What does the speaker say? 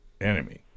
enemy